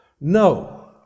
No